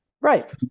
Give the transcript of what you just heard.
Right